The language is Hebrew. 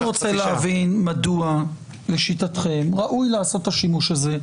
אני רוצה להבין מדוע לשיטתכם ראוי לעשות את השימוש הזה,